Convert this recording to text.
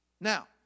Now